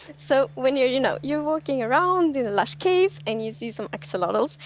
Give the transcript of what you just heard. so when you're you know you're walking around in a lush cave and you see some axolotls,